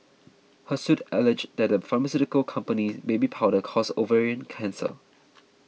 her suit alleges that the pharmaceutical company's baby powder causes ovarian cancer